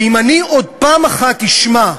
ואם אני עוד פעם אחת אשמע,